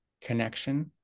connection